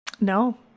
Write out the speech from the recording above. No